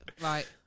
right